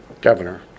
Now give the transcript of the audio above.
Governor